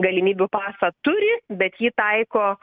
galimybių pasą turi bet jį taiko